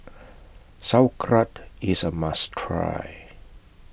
Sauerkraut IS A must Try